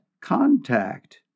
contact